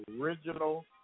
original